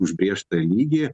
užbrėžtą lygį